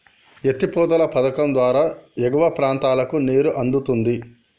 ఎత్తి పోతల పధకం ద్వారా ఎగువ ప్రాంతాలకు నీరు అందుతుంది